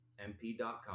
MP.com